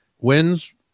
wins